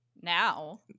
Now